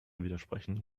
widersprechen